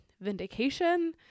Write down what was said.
vindication